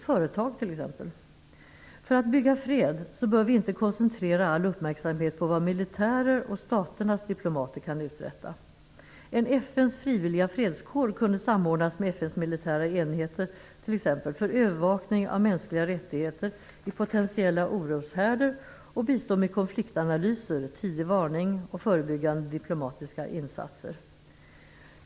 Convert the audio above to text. För att bygga fred bör vi inte koncentrera all uppmärksamhet på vad militären och staternas diplomater kan uträtta. En FN:s frivilliga fredskår kunde samordnas med FN:s militära enheter, t.ex. för övervakning av mänskliga rättigheter i potentiella oroshärdar och bistå med konfliktanalyser, tidig varning och förebyggande diplomatiska insatser.